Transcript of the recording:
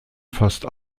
fast